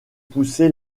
poussé